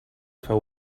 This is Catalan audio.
feu